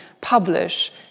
publish